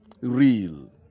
real